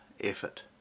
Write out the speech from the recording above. effort